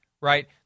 right